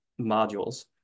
modules